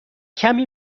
کمی